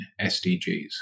SDGs